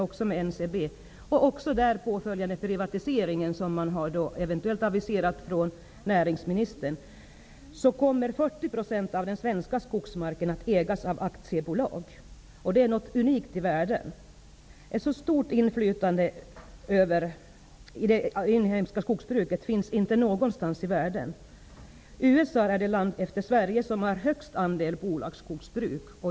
och den därpå följande privatiseringen som näringsministern har aviserat blir av, kommer 40 % av den svenska skogsmarken att ägas av aktiebolag, vilket är någonting unikt i världen. Ett så stort bolagsinflytande över det inhemska skogsbruket finns inte någon annanstans i världen. USA är det land efter Sverige som har den högsta andelen bolagsskogsbruk.